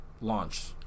launch